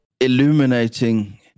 illuminating